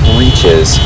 reaches